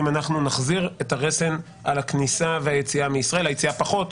אנחנו צריכים להחזיר את הרסן על הכניסה והיציאה מישראל היציאה פחות,